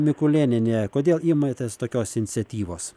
mikulėniene kodėl imatės tokios iniciatyvos